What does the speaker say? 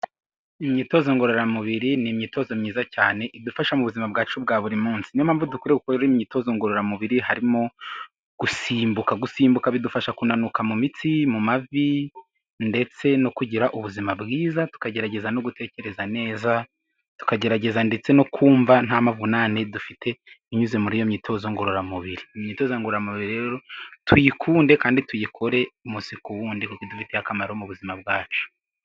Imyitozo ngororamubiri, ni imyitozo myiza cyane idufasha mu buzima bwacu bwa buri munsi, niyo mpamvu dukwiriye gukora imyitozo ngororamubiri, harimo gusimbuka, gusimbuka bidufasha kunanuka mu mitsi, mu mavi ndetse no kugira ubuzima bwiza, tukagerageza no gutekereza neza, tukagerageza ndetse no kumva nta mpavunane dufite, binyuze muri iyo myitozo ngororamubiri, imyitozo ngororamubiri rero tuyikunde kandi tuyikore umunsi ku wundi, idufitiye akamaro mu buzima bwacu.